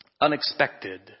Unexpected